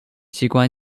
机关